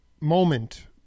moment